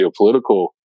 geopolitical